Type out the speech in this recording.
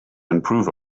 improve